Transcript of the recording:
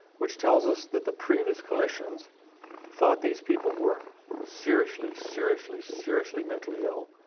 which tells us that the previous clinicians thought these people were seriously, seriously, seriously mentally ill,